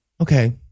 Okay